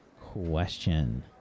question